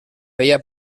feia